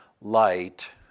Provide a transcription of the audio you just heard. light